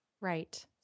Right